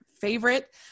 favorite